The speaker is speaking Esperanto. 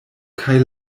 kaj